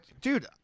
Dude